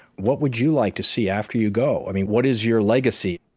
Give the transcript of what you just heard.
what would you like to see after you go? i mean, what is your legacy?